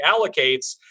allocates